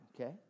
Okay